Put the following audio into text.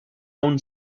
own